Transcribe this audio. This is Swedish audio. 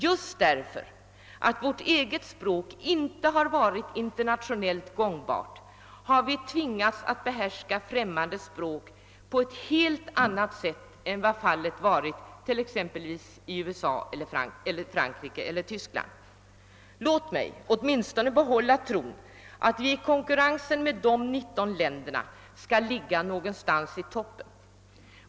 Just därför att vårt eget språk inte har varit internationellt gångbart har vi tvingats att behärska främmande språk på ett helt annat sätt än man haft anledning att göra i t.ex. USA, Frankrike eller Tyskland. Låt mig åtminstone behålla tron att vi i konkurrensen med de 19 länderna skall ligga någonstans i toppen.